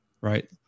right